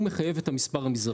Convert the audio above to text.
הוא מחייב את המספר המזערי.